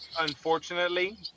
unfortunately